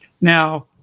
Now